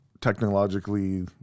technologically